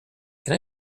can